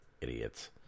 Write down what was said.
idiots